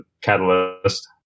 catalyst